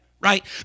Right